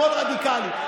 שמאל רדיקלי,